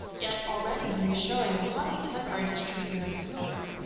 yet already he is showing a haughty temper in his treatment of his lords,